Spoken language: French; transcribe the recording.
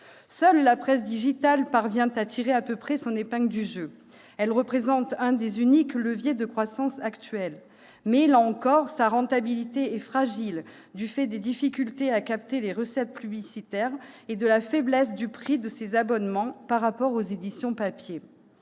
Seule la presse digitale parvient à tirer à peu près son épingle du jeu. Elle représente un des uniques leviers de croissance actuels. Mais, là encore, sa rentabilité est fragile du fait des difficultés à capter les recettes publicitaires et de la faiblesse du prix de ses abonnements par rapport aux éditions papier.